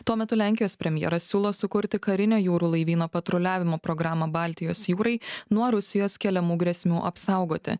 tuo metu lenkijos premjeras siūlo sukurti karinio jūrų laivyno patruliavimo programą baltijos jūrai nuo rusijos keliamų grėsmių apsaugoti